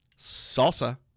salsa